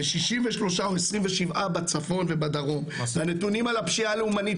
ו-63 או 27 בצפון ובדרום והנתונים על הפשיעה הלאומנית